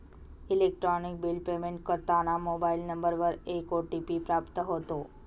electronic bill payment करताना mobile नंबरवर एक ओ.टी.पी प्राप्त होतो